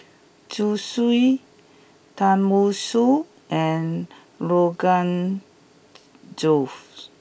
Zosui Tenmusu and Rogan Josh